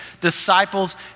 disciples